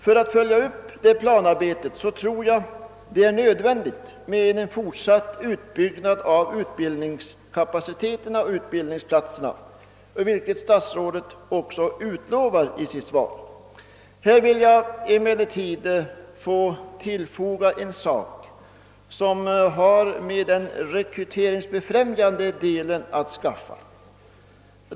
För att följa upp det tror jag det är nödvändigt med en fortsatt utbyggnad av utbildningskapaciteten, vilken statsrådet också utlovar i sitt svar. Här vill jag emellertid tillfoga en sak beträffande de rekryteringsbefrämjande åtgärderna.